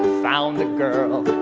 found a girl,